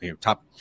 top